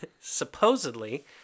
supposedly